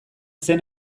zen